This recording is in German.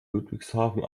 ludwigshafen